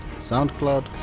SoundCloud